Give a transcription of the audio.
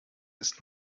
ist